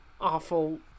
awful